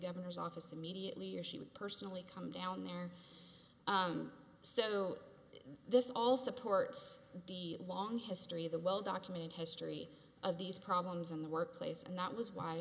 governor's office immediately or she would personally come down there so this all supports the long history of the well documented history of these problems in the workplace and that was why